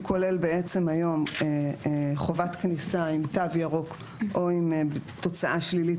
הוא כולל בעצם היום חובת כניסה עם תו ירוק או עם תוצאה שלילית